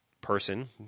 person